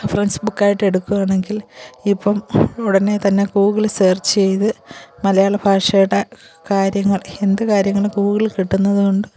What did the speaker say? reference ബുക്കായിട്ട് എടുക്കുകയാണെങ്കിൽ ഈ ഇപ്പം ഉടനെത്തന്നെ ഗൂഗിളിൽ സെർച്ച് ചെയ്ത് മലയാളഭാഷയുടെ കാര്യങ്ങൾ എന്ത് കാര്യങ്ങളും ഗൂഗിളിൽ കിട്ടുന്നതുകൊണ്ട്